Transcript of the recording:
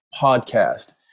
podcast